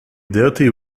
dirty